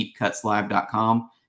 deepcutslive.com